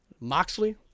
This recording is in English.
Moxley